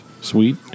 Sweet